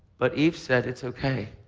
but eve said it's okay.